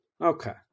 Okay